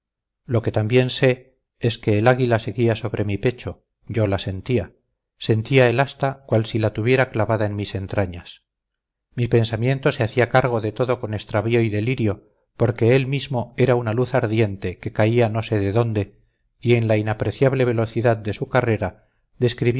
lo que también sé es que el águila seguía sobre mi pecho yo la sentía sentía el asta cual si la tuviera clavada en mis entrañas mi pensamiento se hacía cargo de todo con extravío y delirio porque él mismo era una luz ardiente que caía no sé de dónde y en la inapreciable velocidad de su carrera